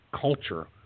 culture